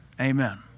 amen